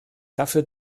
dafür